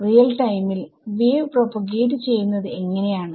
real ടൈമിൽ wave propagate ചെയ്യുന്നത് എങ്ങനെയാണ്